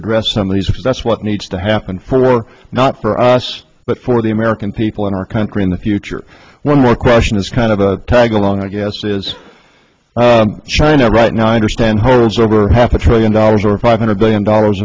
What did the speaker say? address some of these if that's what needs to happen for not for us but for the american people in our country in the future one more question is kind of a tag along i guess is china right now i understand holds over half a trillion dollars or five hundred billion dollars